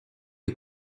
est